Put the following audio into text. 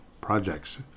projects